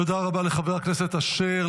תודה רבה לחבר הכנסת אשר.